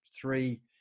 three